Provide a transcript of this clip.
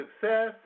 success